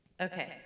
Okay